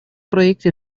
проекте